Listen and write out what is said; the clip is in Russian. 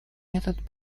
этот